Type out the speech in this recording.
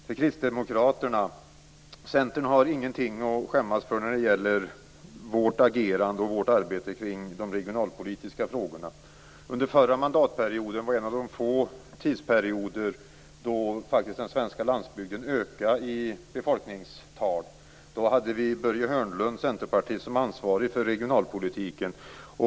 Till kristdemokraterna vill jag säga att vi i Centern inte har någonting att skämmas för när det gäller vårt agerande och vårt arbete kring de regionalpolitiska frågorna. Förra mandatperioden var en av de få tidsperioder då befolkningstalen ökade på den svenska landsbygden. Då hade vi Börje Hörnlund, Centerpartiet, som ansvarig för regionalpolitiken.